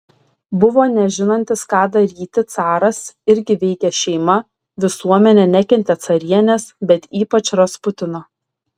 buvo nežinantis ką daryti caras irgi veikė šeima visuomenė nekentė carienės bet ypač rasputino